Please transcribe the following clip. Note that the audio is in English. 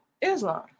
Islam